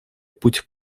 путь